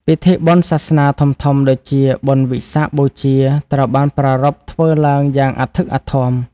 ពិធីបុណ្យសាសនាធំៗដូចជា បុណ្យវិសាខបូជា ត្រូវបានប្រារព្ធធ្វើឡើងយ៉ាងអធិកអធម។